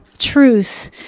truth